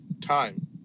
Time